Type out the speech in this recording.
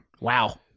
Wow